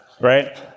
right